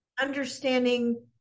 Understanding